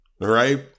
right